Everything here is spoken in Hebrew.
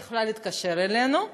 היא יכלה להתקשר אלינו,